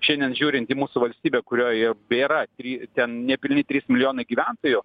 šiandien žiūrint į mūsų valstybę kurioje bėra try ten nepilni trys milijonai gyventojų